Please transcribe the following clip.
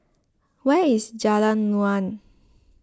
where is Jalan Naung